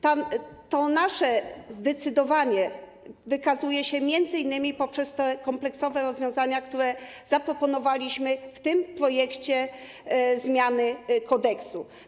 To nasze zdecydowanie jest wykazywane m.in. poprzez te kompleksowe rozwiązania, które zaproponowaliśmy w tym projekcie zmiany kodeksu.